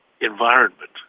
environment